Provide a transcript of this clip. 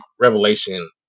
revelation